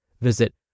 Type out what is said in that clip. Visit